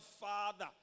Father